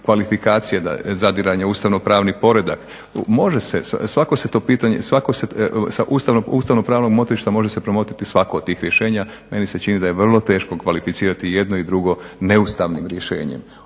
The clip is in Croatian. kvalifikacija, zadiranja u ustavno-pravni poredak. Može se, svako se to pitanje, sa ustavno-pravnog motrišta može se promotriti svako od tih rješenja. Meni se čini da je vrlo teško kvalificirati jedno i drugo neustavnim rješenjem.